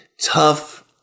tough